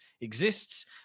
exists